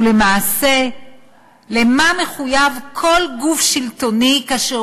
ולמעשה לְמה מחויב כל גוף שלטוני כאשר